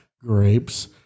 grapes